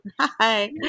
Hi